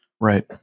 Right